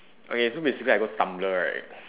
okay so basically I go Tumblr right